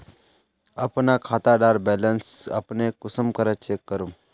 अपना खाता डार बैलेंस अपने कुंसम करे चेक करूम?